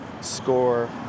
score